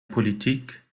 politik